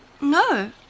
no